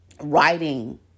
writing